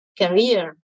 career